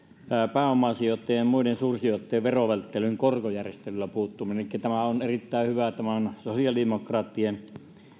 pääomasijoittajien ja muiden suursijoittajien verovälttelyyn korkojärjestelyllä tämä on erittäin hyvä tämä on ollut myös sosiaalidemokraattien